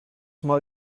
mal